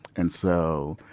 and so,